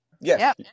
Yes